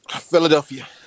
Philadelphia